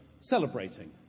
celebrating